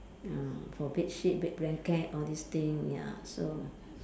ah for bed sheet bed blanket all these things ya so